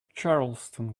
charleston